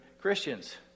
Christians